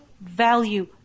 value